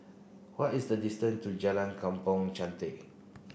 what is the distance to Jalan Kampong Chantek